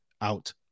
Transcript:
out